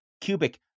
Cubic